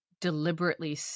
deliberately